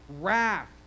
Wrath